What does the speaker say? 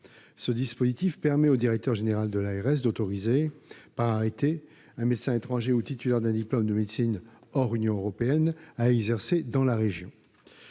Ce dispositif permet au directeur général de l'ARS d'autoriser, par arrêté, un médecin étranger ou titulaire d'un diplôme de médecine obtenu hors Union européenne à exercer dans la région.